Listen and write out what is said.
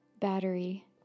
battery